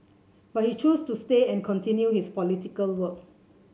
but he chose to stay and continue his political work